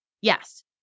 Yes